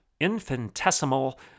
infinitesimal